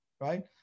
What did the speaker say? Right